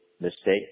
mistake